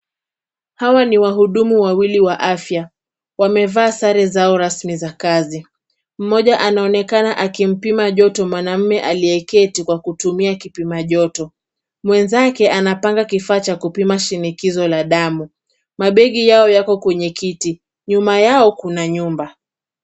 Hawa ni wahudumu wawili wa afya. Wamevaa sare zao rasmi za kazi. Mmoja anaonekana akimpima joto mwanaume aliyeketi kwa kutumia kipima joto. Mwenzake anapanga kifaa cha kupima shinikizo la damu Mabegi yao yako kwenye kiti. Nyuma yao kuna nyumba.